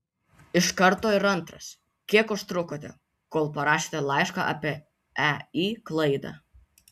iš karto ir antras kiek užtrukote kol parašėte laišką apie ei klaidą